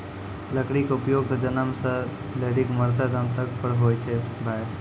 लकड़ी के उपयोग त जन्म सॅ लै करिकॅ मरते दम तक पर होय छै भाय